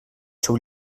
seu